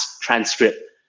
transcript